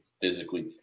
physically